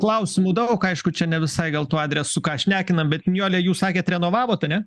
klausimų daug aišku čia ne visai gal tuo adresu ką šnekinam bet nijole jūs sakėt renovavot ane